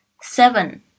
Seven